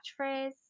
catchphrase